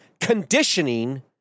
conditioning